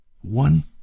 one